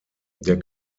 der